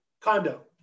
condo